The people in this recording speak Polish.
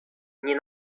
nie